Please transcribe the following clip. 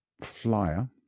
flyer